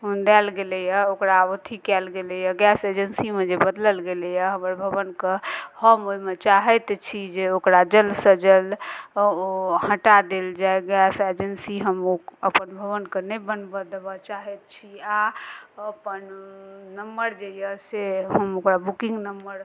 देल गेलइए ओकरा अथी कयल गेलइए गैस एजेन्सीमे जे बदलल गेलइए हमर भवनक हम ओइमे चाहैत छी जे ओकरा जल्दसँ जल्द ओ हटा देल जाइ गैस एजेन्सी हम ओ अपन भवनके नहि बनबऽ देबऽ चाहैत छी आओर अपन नंबर जे यऽ से हम ओकरा बुकिंग नंबर